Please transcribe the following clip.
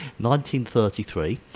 1933